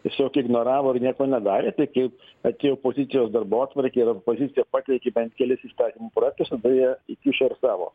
tiesiog ignoravo ir nieko nedarė tai kai atėjo pozicijos darbotvarkė ir opozicija pateikė bent kelis įstatymų projektus jie įkišo ir savo